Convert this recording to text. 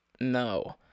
no